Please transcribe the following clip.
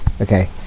Okay